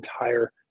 entire